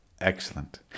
Excellent